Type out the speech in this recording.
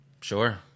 Sure